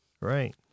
Right